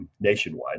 Nationwide